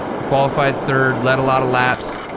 i qualified third, led a lot of laps,